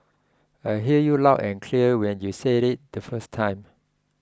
I heard you loud and clear when you said it the first time